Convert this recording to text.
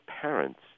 parents